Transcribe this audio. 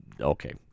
Okay